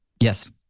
Yes